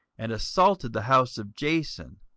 and assaulted the house of jason,